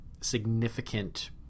significant